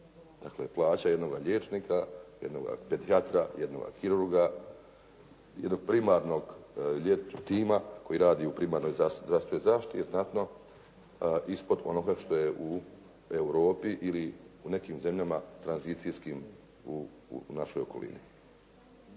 Dakle, plaća jednoga liječnika, jednoga pedijatra, jednoga kirurga, jednog primarnog tima koji radi u primarnoj zdravstvenoj zaštiti je znatno ispod onoga što je u Europi ili u nekim zemljama tranzicijskim u našoj okolini.